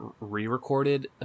re-recorded